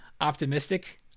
optimistic